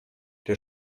der